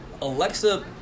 Alexa